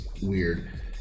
weird